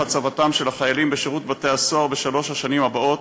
הצבתם של החיילים בשירות בתי-הסוהר בשלוש השנים הבאות,